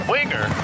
Winger